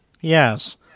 Yes